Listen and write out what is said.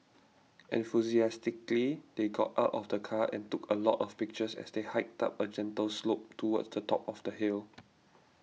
enthusiastically they got out of the car and took a lot of pictures as they hiked up a gentle slope towards the top of the hill